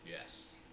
Yes